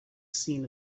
seen